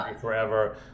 forever